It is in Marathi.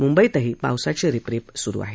मुंबईतही पावसाची रिपरिप सुरू आहे